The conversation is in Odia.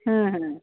ହଁ ହଁ